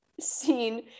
seen